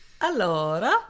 Allora